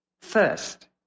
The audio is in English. first